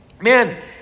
man